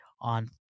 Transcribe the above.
on